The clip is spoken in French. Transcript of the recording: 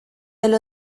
elle